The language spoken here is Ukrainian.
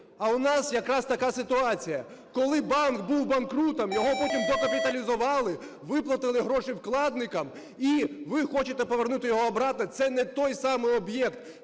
А у нас якраз така ситуація: коли банк був банкрутом, його потім докапіталізували, виплатили гроші вкладникам, і ви хочете повернути його обратно. Це не той самий об'єкт,